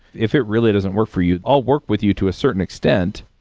if it really doesn't work for you i'll work with you to a certain extent.